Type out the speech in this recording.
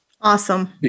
Awesome